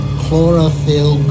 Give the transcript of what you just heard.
chlorophyll